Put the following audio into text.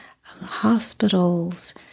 hospitals